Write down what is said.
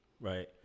right